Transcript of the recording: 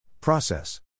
Process